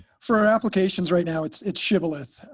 for our applications right now, it's it's shibboleth.